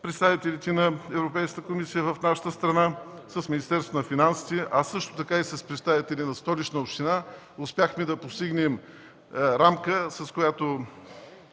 представителите на Европейската комисия в нашата страна, с Министерството на финансите и представители на Столична община. Успяхме да постигнем рамка и модел,